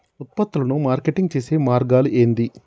ఉత్పత్తులను మార్కెటింగ్ చేసే మార్గాలు ఏంది?